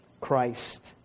Christ